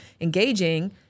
engaging